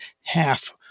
half